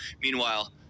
Meanwhile